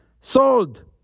Sold